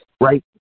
Right